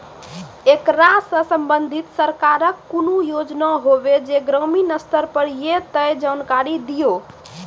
ऐकरा सऽ संबंधित सरकारक कूनू योजना होवे जे ग्रामीण स्तर पर ये तऽ जानकारी दियो?